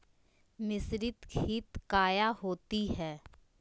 मिसरीत खित काया होती है?